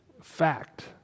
fact